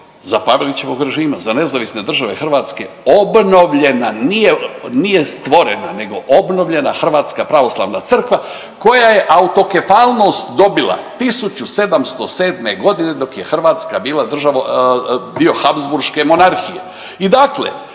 za Pavelićevog režima, za NDH obnovljena, nije stvorena, nego obnovljena Hrvatska pravoslavna Crkva koja je autokefalnost dobila 1707. g. dok je Hrvatska bila .../nerazumljivo/...